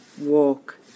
Walk